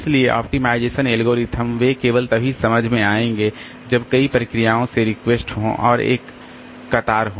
इसलिए optimization algorithm वे केवल तभी समझ में आएंगे जब कई प्रक्रियाओं से रिक्वेस्ट हों और एक कतार हो